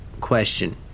question